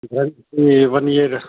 warranty one year